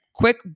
Quick